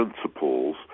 principles